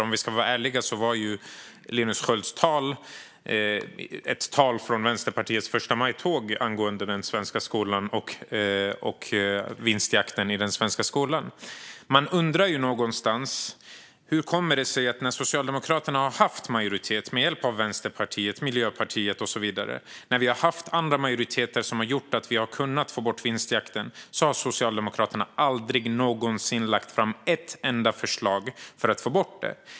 Om vi ska vara ärliga var Linus Skölds anförande som ett tal från Vänsterpartiets förstamajtåg angående den svenska skolan och vinstjakten där. Man undrar hur det kommer sig att Socialdemokraterna, när de har haft majoritet med hjälp av Vänsterpartiet, Miljöpartiet och så vidare eller när det har varit andra majoriteter som gjort att vi kunnat få bort vinstjakten, aldrig någonsin har lagt fram ett enda förslag för att få bort den.